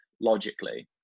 logically